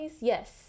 Yes